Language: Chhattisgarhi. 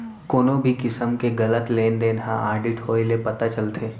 कोनो भी किसम के गलत लेन देन ह आडिट होए ले पता चलथे